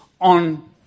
on